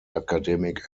academic